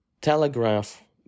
telegraph